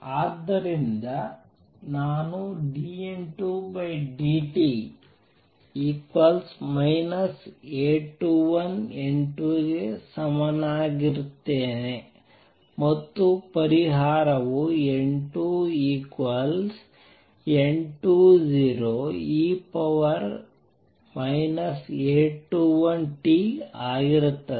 ಆದ್ದರಿಂದ ನಾನು dN2dt A21 N2 ಗೆ ಸಮನಾಗಿರುತ್ತೇನೆ ಮತ್ತು ಪರಿಹಾರವು N2 N20 e A21t ಆಗಿರುತ್ತದೆ